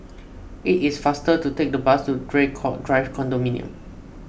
it is faster to take the bus to Draycott Drive Condominium